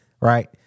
right